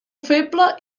feble